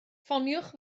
ffoniwch